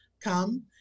come